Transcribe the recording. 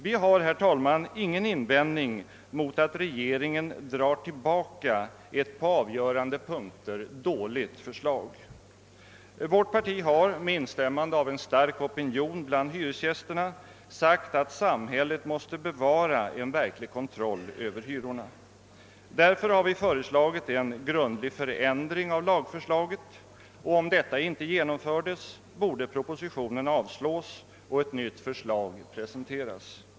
Vi har, herr talman, inga invändningar att göra mot att regeringen drar tillbaka ett på avgörande punkter dåligt förslag. Vårt parti har med instämmande av en stark opinion bland hyresgästerna sagt, att samhället måste bevara en verklig kontroll över hyrorna. Därför har vi yrkat på en grundlig förändring av lagförslaget. För den händelse dessa yrkanden inte vann bifall har vi yrkat på att propositionen avslås och att ett nytt lagförslag presenteras.